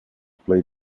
play